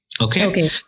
Okay